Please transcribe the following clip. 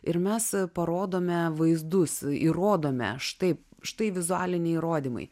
ir mes parodome vaizdus įrodome štai štai vizualiniai įrodymai